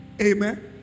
Amen